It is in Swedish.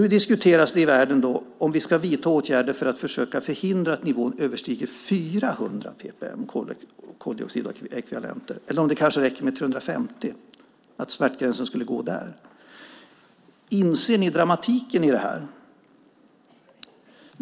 Nu diskuteras det i världen om vi ska vidta åtgärder för att försöka förhindra att nivån överstiger 400 ppmv koldioxidekvivalenter eller om det kanske räcker med 350 ppmv om smärtgränsen skulle gå där. Inser ni dramatiken i det här?